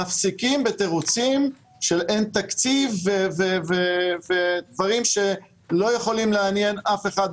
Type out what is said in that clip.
מפסיקים בתירוצים שאין תקציב ודברים שלא יכולים לעניין אף אחד,